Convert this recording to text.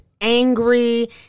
angry